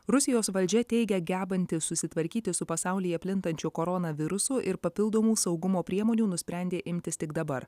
rusijos valdžia teigia gebanti susitvarkyti su pasaulyje plintančiu koronavirusu ir papildomų saugumo priemonių nusprendė imtis tik dabar